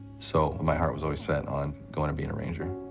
so, my heart was always set on going and being a ranger.